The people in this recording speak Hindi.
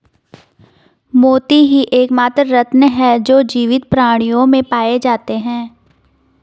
मोती ही एकमात्र रत्न है जो जीवित प्राणियों में पाए जाते है